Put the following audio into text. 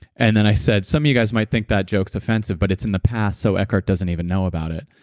and then i said, some of you guys might think that joke's offensive, but it's in the past so eckhart doesn't even know about it,